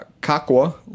Kakwa